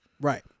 Right